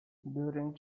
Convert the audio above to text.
during